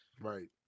Right